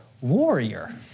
warrior